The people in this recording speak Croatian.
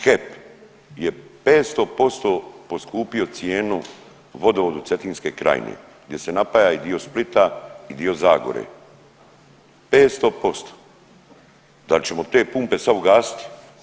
HEP je 500% poskupio cijenu vodovodu Cetinske krajine gdje se napaja i dio Splita i dio Zagore 500%. dal ćemo te pumpe sad ugasiti?